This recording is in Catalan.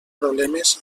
problemes